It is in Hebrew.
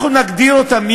אנחנו נגדיר אותם,